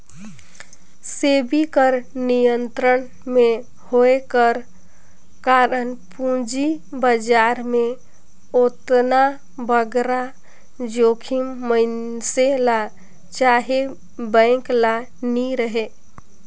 सेबी कर नियंत्रन में होए कर कारन पूंजी बजार में ओतना बगरा जोखिम मइनसे ल चहे बेंक ल नी रहें